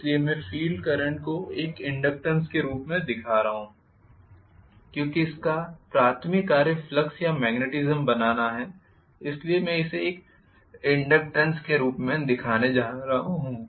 इसलिए मैं field current को एक इनडक्टेन्स के रूप में दिखा रहा हूं क्योंकि इसका प्राथमिक कार्य फ्लक्स या मॅगनेटिज़म बनाना है इसलिए मैं इसे एक इनडक्टेन्स के रूप में दिखाने जा रहा हूं